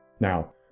Now